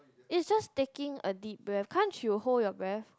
is just taking a deep breath can't you hold your breath